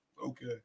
Okay